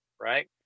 right